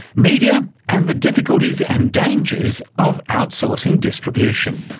media and the difficulties and dangers of outsourcing distribution.